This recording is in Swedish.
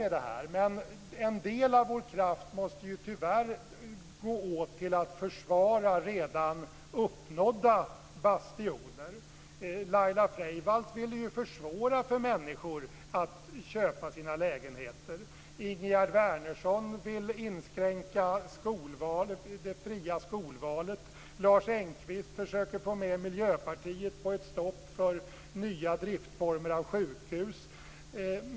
Men en del av vår kraft måste tyvärr gå åt till att försvara redan uppnådda bastioner. Laila Freivalds ville försvåra för människor att köpa sina lägenheter. Ingegerd Wärnersson vill inskränka det fria skolvalet. Lars Engqvist försöker få med Miljöpartiet på ett stopp för nya driftsformer för sjukhus.